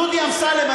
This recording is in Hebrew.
דודי אמסלם,